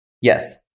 Yes